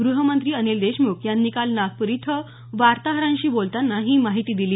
ग्रहमंत्री अनिल देशमुख यांनी काल नागपूर इथं वार्ताहरांशी बोलताना ही माहिती दिली